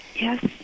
Yes